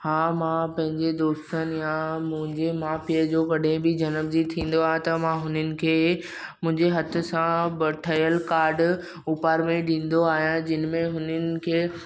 हा मां पंहिंजे दोस्तनि या मुंहिंजे माउ पीउ जो कॾहिं बि जनमु ॾींहुं थींदो आहे त मां हुननि खे मुंहिंजे हथ सां ठहियुल काड उपहार में ॾिंदो आहियां जिन में हुननि खे